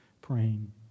praying